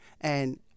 and-